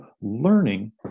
Learning